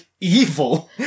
evil